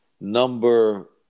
number